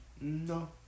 no